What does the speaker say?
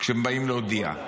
כשהם באים להודיע.